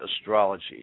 astrology